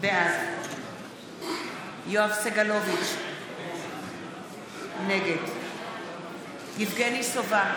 בעד יואב סגלוביץ' נגד יבגני סובה,